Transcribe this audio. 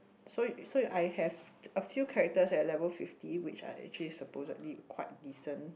so so I have a few characters at level fifty which are actually supposedly quite decent